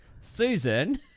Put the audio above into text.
Susan